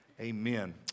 amen